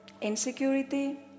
insecurity